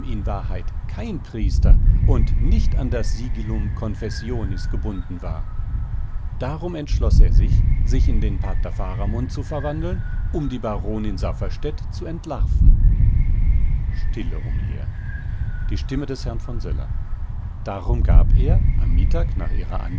in wahrheit kein priester und nicht an das sigillum confessionis gebunden war darum entschloß er sich sich in den pater faramund zu verwandeln um die baronin safferstätt zu entlarven stille umher die stimme des herrn von söller darum gab er am mittag nach ihrer